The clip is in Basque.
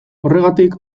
horregatik